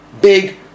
big